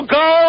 go